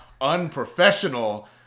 Unprofessional